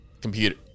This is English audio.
Computer